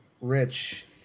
Rich